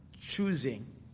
choosing